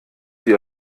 die